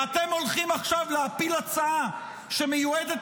ואתם הולכים עכשיו להפיל הצעה שמיועדת